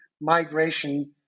migration